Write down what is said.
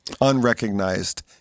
Unrecognized